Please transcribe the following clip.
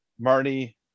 Marty